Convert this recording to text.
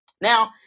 Now